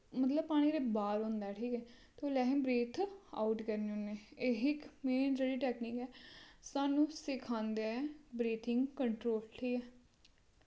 मतलव पानी दे बाह्र होंदा ऐ ठीक ऐ ते उसलै अस ब्रीथ आऊट करने होन्ने एह् ही इक मेन जेह्ड़ी टैकनीक ऐ साह्नू सिखांदे ब्रीथिंग कंट्रोल ठीक ऐ